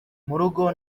murugo